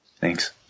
Thanks